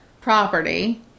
property